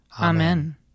Amen